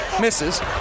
misses